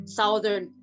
southern